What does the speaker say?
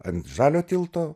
ant žalio tilto